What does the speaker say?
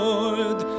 Lord